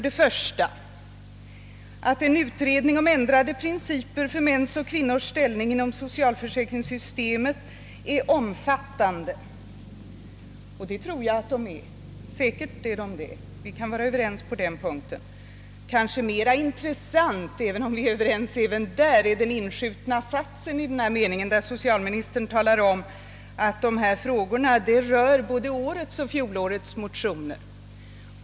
Den första är: »En utredning om ändrade principer för mäns och kvinnors ställning inom socialförsäkringssystemet —— är omfattande.» Ja, det tror jag säkert att den är. Vi kan vara överens på den punkten. Mera intressant är kanske även om vi är överens där också — den inskjutna satsen i samma mening, där socialministern talar om att dessa frågor aktualiserats både i årets och fjolårets motioner.